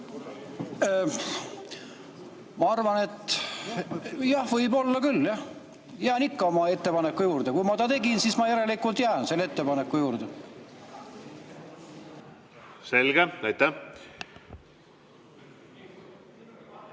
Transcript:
Ma arvan, et jah, võib olla küll. Jään ikka oma ettepaneku juurde. Kui ma ta tegin, siis ma järelikult jään selle ettepaneku juurde. Ma arvan, et